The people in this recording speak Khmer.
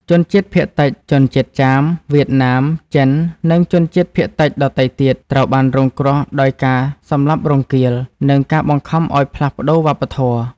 ជនជាតិភាគតិច ជនជាតិចាម វៀតណាម ចិន និងជនជាតិភាគតិចដទៃទៀត ត្រូវបានរងគ្រោះដោយការសម្លាប់រង្គាល និងការបង្ខំឱ្យផ្លាស់ប្តូរវប្បធម៌។